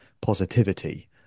positivity